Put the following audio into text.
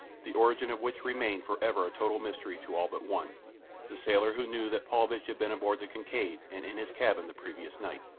the origin of which remained for ever a total mystery to all but one the sailor who knew that paulvitch had been aboard the kincaid and in his cabin the previous night.